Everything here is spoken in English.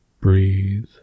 Breathe